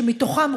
שמתוכם,